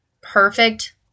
perfect